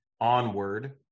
onward